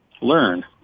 learn